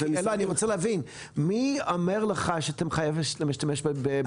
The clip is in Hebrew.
אני רוצה להבין: מי אומר לך שאתם חייבים להשתמש בהם בתרגיל?